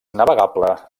navegable